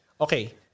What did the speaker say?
Okay